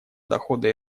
дохода